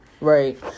Right